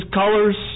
colors